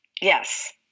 Yes